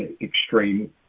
extreme